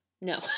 No